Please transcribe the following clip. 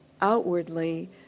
outwardly